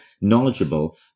knowledgeable